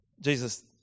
Jesus